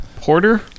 porter